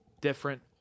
different